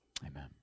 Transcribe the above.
amen